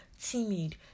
timid